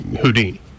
Houdini